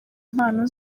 mpano